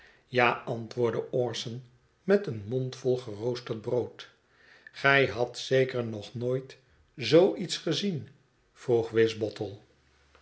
ja antwoordde orson met een mondvol geroosterd brood gij hadt zeker nog nooit zoo iets gezien vroeg wisbottle